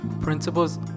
principles